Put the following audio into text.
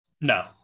No